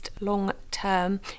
long-term